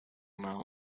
melt